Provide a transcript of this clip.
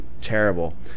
terrible